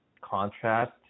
contrast